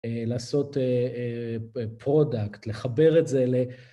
לעשות פרודקט, לחבר את זה ל...